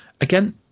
again